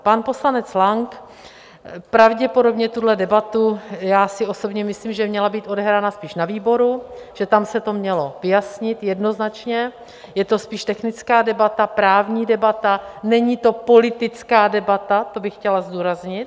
Pan poslanec Lang pravděpodobně tuhle debatu, já si osobně myslím, že měla být odehrána spíš na výboru, že tam se to mělo vyjasnit jednoznačně, je to spíš technická debata, právní debata, není to politická debata, to bych chtěla zdůraznit.